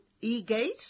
E-Gate